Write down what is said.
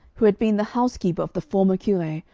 who had been the housekeeper of the former cure,